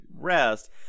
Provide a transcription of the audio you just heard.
rest